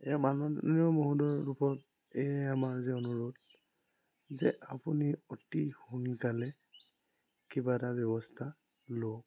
এই মাননীয় মহোদয়ৰ ওপৰত এয়ে আমাৰ যে অনুৰোধ যে আপুনি অতি সোনকালে কিবা এটা ব্যৱস্থা লওক